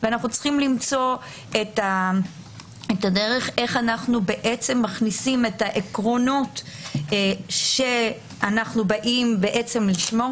ועלינו למצוא איך אנו מכניסים את העקרונות שאנו באים לשמור